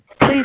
Please